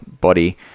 Body